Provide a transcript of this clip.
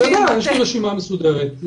אני יודע, יש לי רשימה מסודרת.